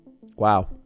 wow